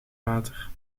water